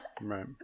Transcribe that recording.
right